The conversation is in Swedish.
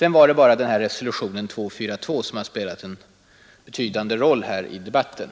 gällde resolutionen 242, som har spelat en betydande roll här i debatten.